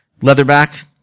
Leatherback